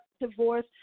divorce